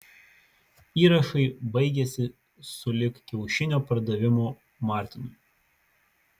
įrašai baigiasi sulig kiaušinio pardavimu martinui